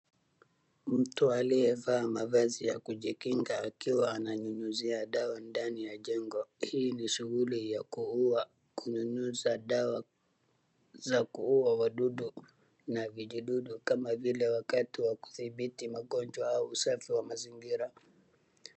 Mtu aliyevaa mavazi ya kujikinga akiwa ananyunyuzia dawa ndani ya jengo. Hii ni shughuli ya kuua kunyunyuza dawa za kuua wadudu na vijidudu kama vile wakati wa kudhibiti magonjwa au usafi wa mazingira.